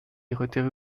retirez